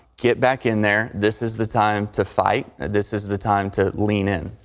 get back in there. this is the time to fight. this is the time to lean in.